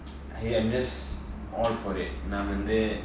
I'm just all for it நா வந்து:naa vanthu